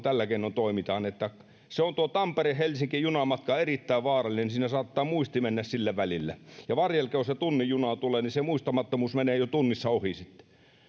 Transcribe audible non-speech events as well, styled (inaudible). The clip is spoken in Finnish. (unintelligible) tällä keinoin toimitaan se on tuo tampere helsinki junamatka erittäin vaarallinen saattaa muisti mennä sillä välillä ja varjelkoon jos se tunnin juna tulee niin se muistamattomuus menee jo tunnissa ohi sitten